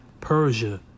Persia